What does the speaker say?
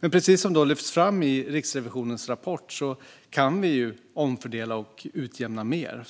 Precis som lyfts fram i Riksrevisionens rapport kan vi omfördela och utjämna mer.